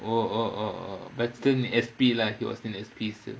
oh oh oh oh but still in S_P lah he was in S_P